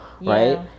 Right